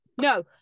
No